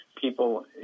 people